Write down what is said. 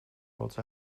rots